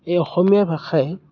এই অসমীয়া ভাষাই